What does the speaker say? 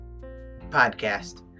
podcast